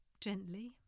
Gently